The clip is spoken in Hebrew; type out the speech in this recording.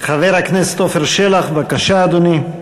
חבר הכנסת עפר שלח, בבקשה, אדוני.